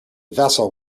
vessel